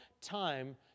time